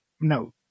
No